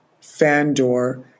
FanDor